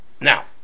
Now